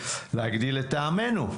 לטעמנו,